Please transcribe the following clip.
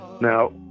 Now